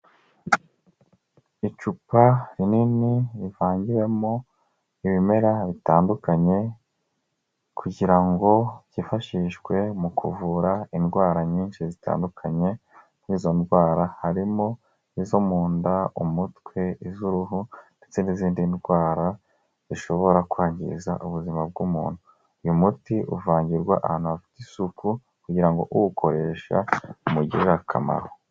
Icupa rinini rivangiwemo ibimera bitandukanye kugira ngo byifashishwe mu kuvura indwara nyinshi zitandukanye, muri izo ndwara harimo izo mu nda, umutwe, iz'uruhu ndetse n'izindi ndwara zishobora kwangiza ubuzima bw'umuntu, uyu muti uvangirwa ahantu hafite isuku kugira ngo uwukoresha umugirire akamaro.